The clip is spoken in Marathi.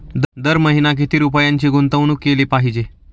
दर महिना किती रुपयांची गुंतवणूक केली पाहिजे?